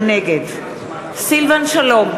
נגד סילבן שלום,